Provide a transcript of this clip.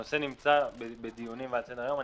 הנושא נמצא בדיונים ועל סדר היום.